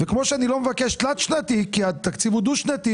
וכמו שאני לא מבקש תלת-שנתי כי התקציב הוא דו-שנתי,